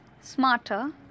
smarter